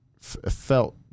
felt